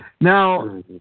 Now